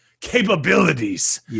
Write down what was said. capabilities